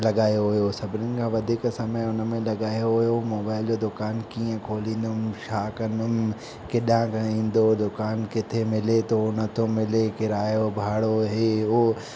लॻायो हुयो सभिनी खां वधीक समय उनमें लॻायो हुयो मोबाइल जो दुकानु कीअं खोलिंदमि छा कंदुमि केॾां खणी ईंदो दुकानु किथे मिले थो नथो मिले किरायो भाड़ो हे हो